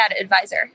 Advisor